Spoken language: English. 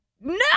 no